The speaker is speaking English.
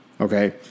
Okay